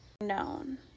known